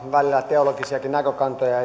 teologisiakin näkökantoja